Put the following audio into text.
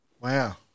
Wow